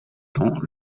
temps